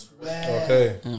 Okay